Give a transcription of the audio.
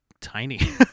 tiny